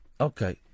okay